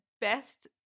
best